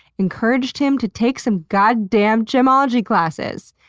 encouraged him to take some goddamn gemology classes!